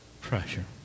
pressure